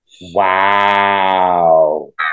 Wow